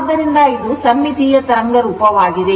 ಆದ್ದರಿಂದ ಇದು ಸಮ್ಮಿತೀಯ ತರಂಗರೂಪವಾಗಿದೆ